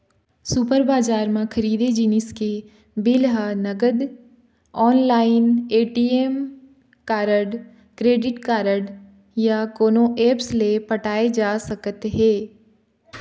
super बजार म खरीदे जिनिस के बिल ह नगद, online, ATM card, credit card या कोनो ऐप्स ले पटाए जा सकत हे